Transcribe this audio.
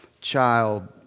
child